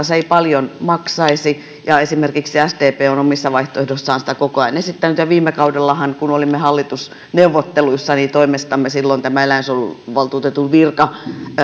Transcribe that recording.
se ei paljon maksaisi ja esimerkiksi sdp on omissa vaihtoehdoissaan sitä koko ajan esittänyt ja viime kaudellahan kun olimme hallitusneuvotteluissa toimestamme tämä eläinsuojeluvaltuutetun virka